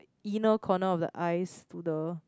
inner corner of the eyes to the